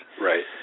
Right